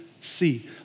see